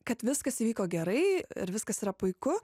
kad viskas įvyko gerai ir viskas yra puiku